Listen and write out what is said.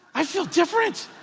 i feel different.